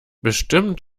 bestimmt